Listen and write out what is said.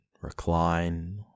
Recline